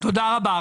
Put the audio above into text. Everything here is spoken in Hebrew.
תודה רבה.